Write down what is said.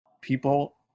People